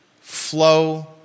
flow